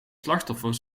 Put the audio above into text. slachtoffer